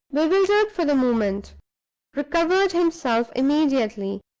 bewildered for the moment recovered himself immediately,